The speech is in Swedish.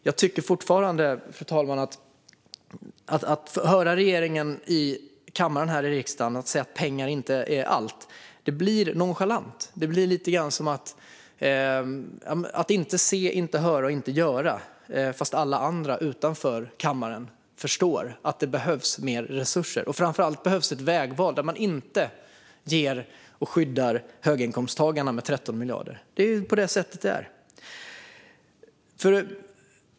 Jag tycker fortfarande att det är nonchalant av regeringen att i riksdagens kammare säga att pengar inte är allt, fru talman. Det blir lite grann som att inte se, inte höra och inte göra, trots att alla utanför kammaren förstår att det behövs mer resurser. Framför allt behövs det ett vägval där man inte skyddar höginkomsttagarna med 13 miljarder. Det är så det är.